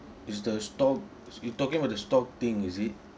is the stock you talking about the stock thing is it